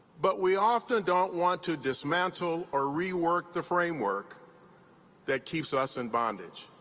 but we often don't want to dismantle or rework the framework that keeps us in bondage.